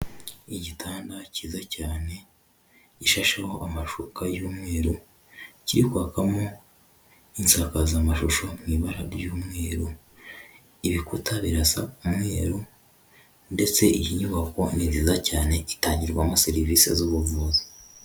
Igitanda cyiza cyane gishasheho amashuka y'umweru, kirikwakamo insakazamashusho mu ibara ry'umweru, ibikuta birasa umweru ndetse iyi nyubako ni nziza cyane itangirwamo serivisi z'ubuvuzi.